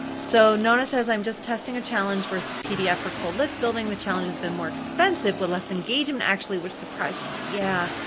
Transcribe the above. so, nona says, i'm just testing a challenge versus pdf for cold list building, the challenge has been more expensive but less engagement actually, which surprised me. yeah,